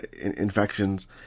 infections